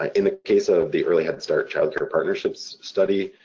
um in the case of the early head start-child care partnerships study,